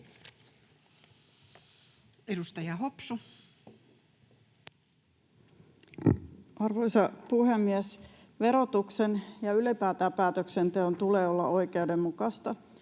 Content: Arvoisa puhemies! Verotuksen ja ylipäätään päätöksenteon tulee olla oikeudenmukaista.